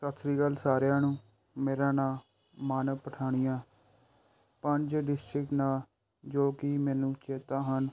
ਸਤਿ ਸ਼੍ਰੀ ਅਕਾਲ ਸਾਰਿਆਂ ਨੂੰ ਮੇਰਾ ਨਾਮ ਮਾਨਵ ਪਠਾਨੀਆ ਪੰਜ ਡਿਸਟ੍ਰਿਕਟ ਨਾਮ ਜੋ ਕਿ ਮੈਨੂੰ ਚੇਤਾ ਹਨ